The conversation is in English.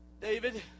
David